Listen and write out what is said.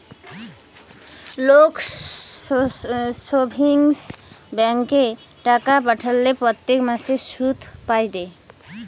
লোক সেভিংস ব্যাঙ্কে টাকা খাটালে প্রত্যেক মাসে সুধ পায়েটে